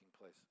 place